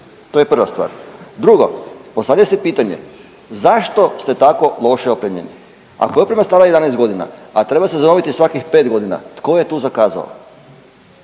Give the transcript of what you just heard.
To je prva stvar. Drugo, postavlja se pitanje zašto ste tako loše opremljeni? Ako je oprema stara 11 godina, a treba se zanoviti svakih 5 godina tko je tu zakazao?